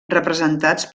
representats